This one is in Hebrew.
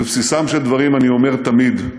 ובבסיסם של דברים אני אומר תמיד: